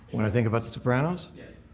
think about the sopranos yes.